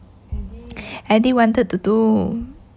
eddy wanted to do